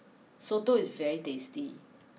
Soto is very tasty